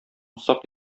усак